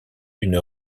une